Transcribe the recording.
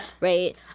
Right